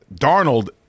Darnold